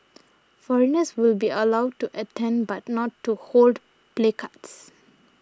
foreigners will be allowed to attend but not to hold placards